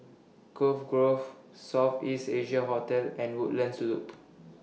Cove Grove South East Asia Hotel and Woodlands Loop